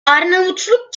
arnavutluk